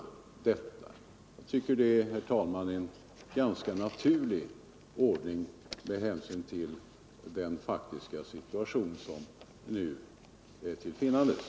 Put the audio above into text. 61 Jag tycker, herr talman, att det är en ganska naturlig ordning med hänsyn till den faktiska situation som nu föreligger.